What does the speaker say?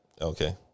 Okay